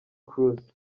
kroos